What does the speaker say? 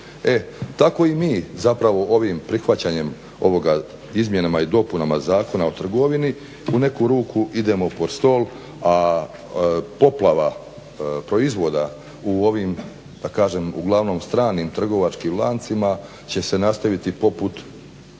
tako i mi zapravo ovim prihvaćanjem ovoga izmjenama i dopunama Zakona o trgovini u neku ruku idemo pod stol, a poplava proizvoda u ovim da kažem uglavnom stranim trgovačkim lancima će se nastaviti poput